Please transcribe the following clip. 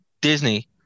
Disney